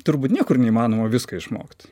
turbūt niekur neįmanoma viską išmokt